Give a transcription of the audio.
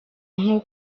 nko